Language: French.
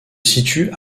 situent